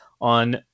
on